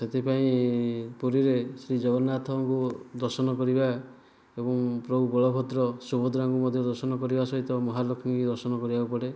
ସେଥିପାଇଁ ପୁରୀରେ ଶ୍ରୀ ଜଗନ୍ନାଥଙ୍କୁ ଦର୍ଶନ କରିବା ଏବଂ ପ୍ରଭୁ ବଳଭଦ୍ର ସୁଭଦ୍ରାଙ୍କୁ ମଧ୍ୟ ଦର୍ଶନ କରିବା ସହିତ ମହାଲକ୍ଷ୍ମୀଙ୍କୁ ବି ଦର୍ଶନ କରିବାକୁ ପଡ଼େ